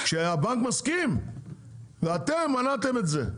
כשהבנק מסכים ואתם מנעתם את זה.